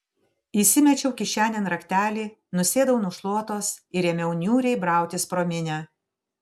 įsimečiau kišenėn raktelį nusėdau nu šluotos ir ėmiau niūriai brautis pro minią